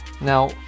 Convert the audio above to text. Now